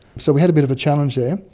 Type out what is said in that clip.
so we had a bit of a challenge there.